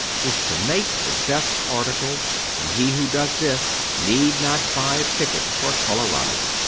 is to make the best article and he who does this need not buy a ticket for colorado.